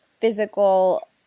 physical